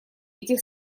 этих